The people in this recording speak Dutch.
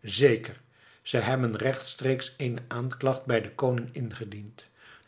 zeker ze hebben rechtstreeks eene aanklacht bij den koning ingediend